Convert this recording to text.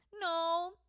No